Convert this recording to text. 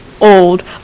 old